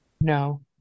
No